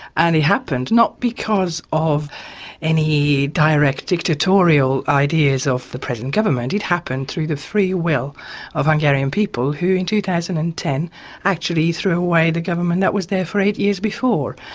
and it happened not because of any direct dictatorial ideas of the present government, it happened through the free will of hungarian people who in two thousand and ten actually threw away the government that was there for eight years before,